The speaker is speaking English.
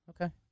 Okay